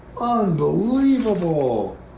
Unbelievable